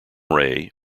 ray